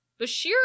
Bashir